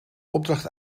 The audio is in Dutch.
opdracht